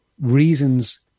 reasons